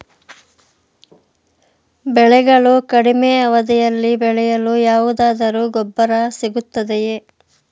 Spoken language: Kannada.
ಬೆಳೆಗಳು ಕಡಿಮೆ ಅವಧಿಯಲ್ಲಿ ಬೆಳೆಯಲು ಯಾವುದಾದರು ಗೊಬ್ಬರ ಸಿಗುತ್ತದೆಯೇ?